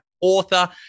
author